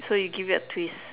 so you give it a twist